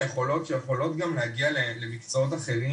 יכולות שיכולות להגיע גם למקצועות אחרים,